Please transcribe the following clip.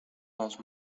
las